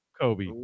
Kobe